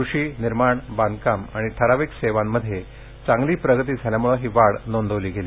कृषी निर्माण बांधकाम आणि ठराविक सेवांमध्ये चांगली प्रगती झाल्यामुळे ही वाढ नोंदवली गेली